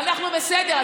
אנחנו בסדר.